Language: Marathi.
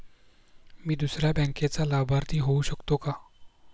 मी दुसऱ्या बँकेचा लाभार्थी होऊ शकतो का?